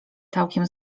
całkiem